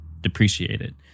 depreciated